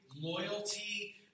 loyalty